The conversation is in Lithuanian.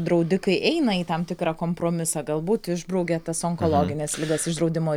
draudikai eina į tam tikrą kompromisą galbūt išbraukia tas onkologines ligas iš draudimo